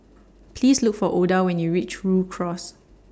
Please Look For Oda when YOU REACH Rhu Cross